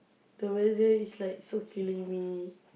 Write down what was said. the weather is like so killing me